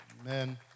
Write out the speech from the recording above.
Amen